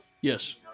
Yes